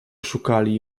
szukali